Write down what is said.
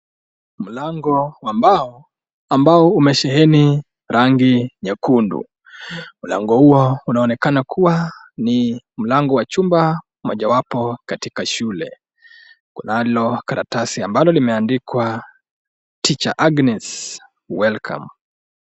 Mlango wa mbao ambao umesheheni rangi nyekundu. Mlango huo unaonekana kuwa ni mlango wa chumba, mojawapo katika shule. Kunalo karatasi ambalo limeandikwa Tr . Agnes Welcome .